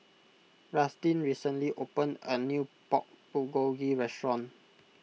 Rustin recently opened a new Pork Bulgogi restaurant